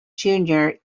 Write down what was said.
junior